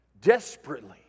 desperately